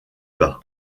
bas